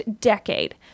decade